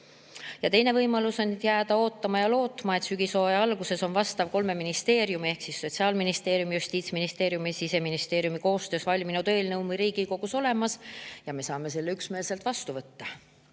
Teine võimalus on jääda ootama ja lootma, et sügishooaja alguses on kolme ministeeriumi ehk Sotsiaalministeeriumi, Justiitsministeeriumi ja Siseministeeriumi koostöös valminud eelnõu meil Riigikogus olemas ja me saame selle üksmeelselt vastu võtta.